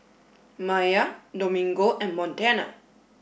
Maiya Domingo and Montana